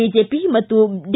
BJP ಮತ್ತು D